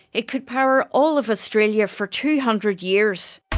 it could power all of australia for two hundred years.